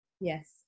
Yes